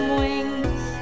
wings